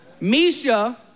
Misha